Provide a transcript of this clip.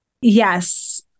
Yes